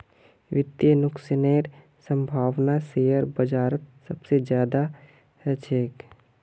वित्तीय नुकसानेर सम्भावना शेयर बाजारत सबसे ज्यादा ह छेक